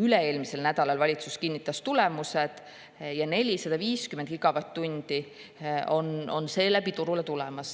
Üle-eelmisel nädalal kinnitas valitsus tulemused ja 450 gigavatt-tundi on seeläbi turule tulemas.